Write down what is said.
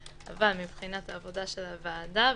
אבל מבחינת העבודה של הוועדה,